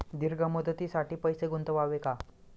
दीर्घ मुदतीसाठी पैसे गुंतवावे का?